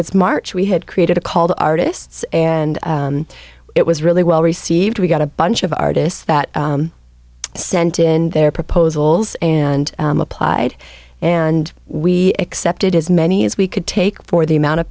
was march we had created a call to artists and it was really well received we got a bunch of artists that sent in their proposals and applied and we accepted as many as we could take for the amount of